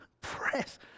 Press